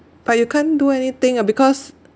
but you can't do anything ah because